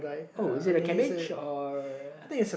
uh is it a cabbage or